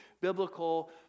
biblical